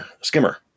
skimmer